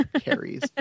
Carrie's